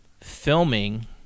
filming